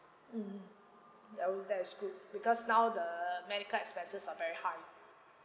mm that will that's good because now the medical expenses are very high